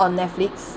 on Netflix